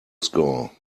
score